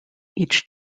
each